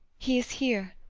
he is here!